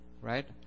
right